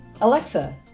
Alexa